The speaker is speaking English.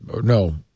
No